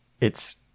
It's-